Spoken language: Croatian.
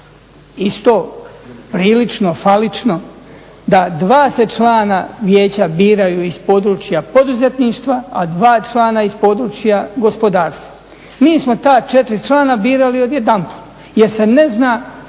isto prilično, falično da dva se člana vijeća biraju iz područja poduzetništva, a dva člana iz područja gospodarstva. Mi smo ta četiri člana birali odjedanput jer se ne zna što